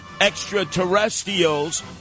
extraterrestrials